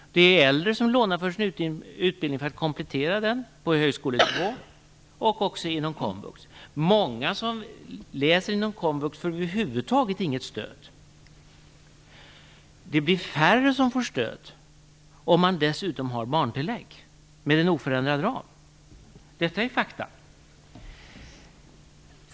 Det gäller äldre som lånar för att komplettera sin utbildning på högskolenivå. Det gäller också komvuxstuderande. Många som läser på komvux får över huvud taget inget stöd. Det blir färre som får stöd om man dessutom har barntillägg, med oförändrad ram. Detta är fakta.